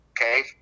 Okay